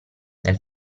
nel